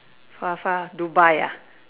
far far Dubai ah